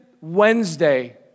Wednesday